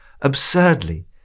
Absurdly